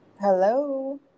Hello